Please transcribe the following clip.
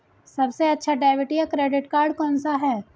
सबसे अच्छा डेबिट या क्रेडिट कार्ड कौन सा है?